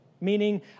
meaning